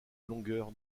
longueur